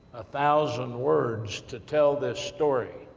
thousand words to tell this story.